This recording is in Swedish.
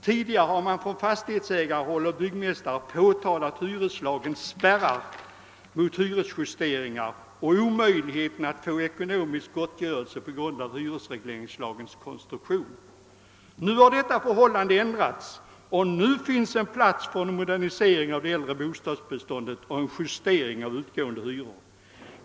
Tidigare har man från fastighetsägaroch byggmästarhåll påtalat hyreslagens spärrar mot hyresjusteringar och omöjligheten att få ekonomisk gottgörelse på grund av hyresregleringslagens konstruktion. Nu har detta förhållande ändrats, nu finns det plats för en modernisering av det äldre bostadsbeståndet och en justering av utgående hyror.